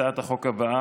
הצעת החוק עברה.